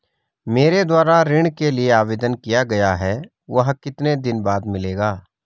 मेरे द्वारा ऋण के लिए आवेदन किया गया है वह कितने दिन बाद मिलेगा?